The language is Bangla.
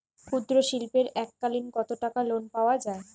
ক্ষুদ্রশিল্পের এককালিন কতটাকা লোন পাওয়া য়ায়?